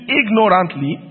ignorantly